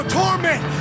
torment